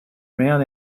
man